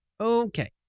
Okay